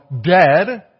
dead